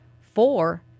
four